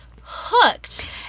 hooked